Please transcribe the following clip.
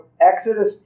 Exodus